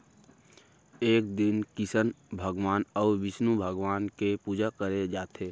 ए दिन किसन भगवान अउ बिस्नु भगवान के पूजा करे जाथे